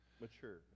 Mature